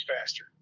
faster